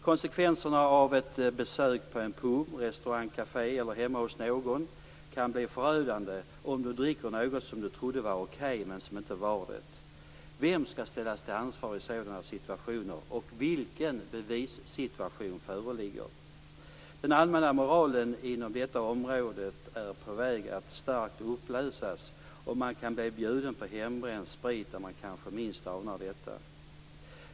Konsekvenserna av ett besök på en pub, en restaurang, ett kafé eller hemma hos någon kan bli förödande om du dricker något som du trodde var okej, men som inte var det. Vem skall ställas till ansvar i sådana situationer, och vilken bevissituation föreligger? Den allmänna moralen inom detta område är starkt på väg att upplösas, och man kan bli bjuden på hembränd sprit där man kanske minst anar detta.